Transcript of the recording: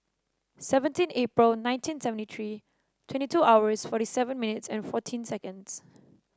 seventeen April nineteen seventy three twenty two hours forty seven minutes and fourteen seconds